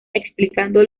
explicando